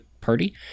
party